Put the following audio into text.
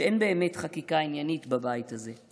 שאין באמת חקיקה עניינית בבית הזה.